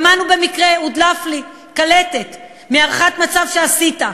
שמענו במקרה, הודלף לי, קלטת מהערכת מצב שעשית,